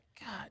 God